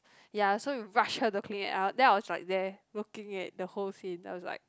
ya so we rush her to a clinic I wa~ then I was like there looking at the whole scene I was like